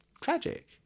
tragic